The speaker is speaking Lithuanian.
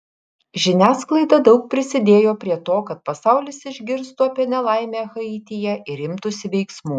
žiniasklaida daug prisidėjo prie to kad pasaulis išgirstų apie nelaimę haityje ir imtųsi veiksmų